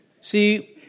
see